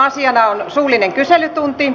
asiana on suullinen kyselytunti